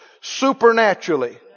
supernaturally